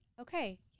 okay